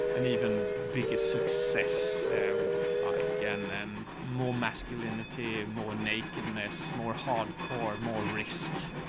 and even biggest success i again, and more masculinity, and more nakedness, more hardcore, more risk.